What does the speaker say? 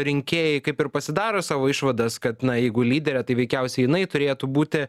rinkėjai kaip ir pasidaro savo išvadas kad na jeigu lyderė tai veikiausiai jinai turėtų būti